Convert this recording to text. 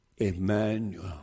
Emmanuel